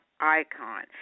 Icon